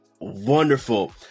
Wonderful